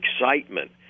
excitement